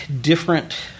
different